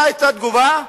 מה היתה התגובה?